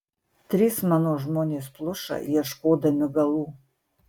trys mano žmonės pluša ieškodami galų